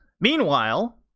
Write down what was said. meanwhile